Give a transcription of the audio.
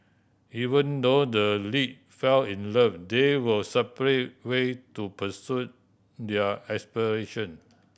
even though the lead fell in love they were separate way to pursue their aspiration